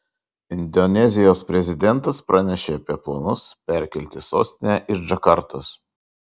indonezijos prezidentas pranešė apie planus perkelti sostinę iš džakartos